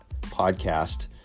podcast